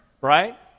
Right